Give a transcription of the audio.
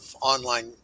online